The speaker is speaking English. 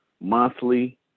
monthly